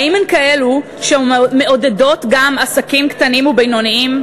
האם הן כאלה שמעודדות גם עסקים קטנים ובינוניים,